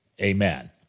Amen